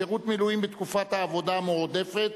שירות מילואים בתקופת העבודה המועדפת),